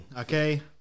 Okay